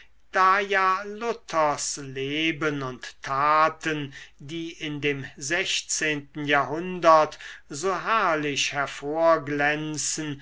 da ja luthers leben und taten die in dem sechzehnten jahrhundert so herrlich